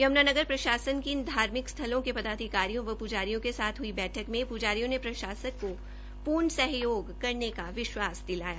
यम्नानगर प्रशासन की इन धार्मिक स्थलों के पदाधिकारियों व प्जारियों के साथ हई बैठक में प्जारियों ने प्रशासन को पूर्ण सहयोग का भरोसा दिलाया